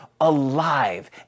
alive